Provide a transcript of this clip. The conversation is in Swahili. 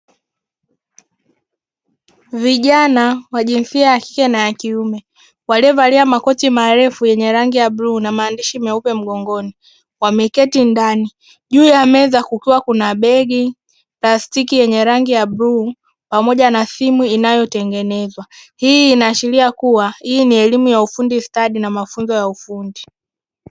Vijana wa jinsia ya kike na ya kiume, waliovalia makoti marefu yenye rangi ya bluu na maandishi meupe mgongoni, wameketi ndani, juu ya meza kukiwa kuna begi, plastiki yenye rangi ya bluu pamoja na simu inayotengenezwa, hii inaashiria kuwa hii ni elimu ya ufundi stadi na mafunzo ya ufundi.